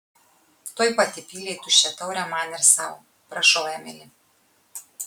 tuoj pat įpylė į tuščią taurę man ir sau prašau emili